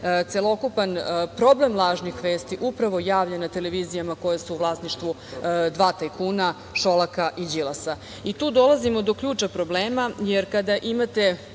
celokupan problem lažnih vesti javlja na televizijama koje su u vlasništvu dva tajkuna, Šolaka i Đilasa. Tu dolazimo do ključa problema, jer kada imate